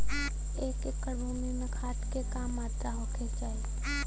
एक एकड़ भूमि में खाद के का मात्रा का होखे के चाही?